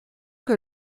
que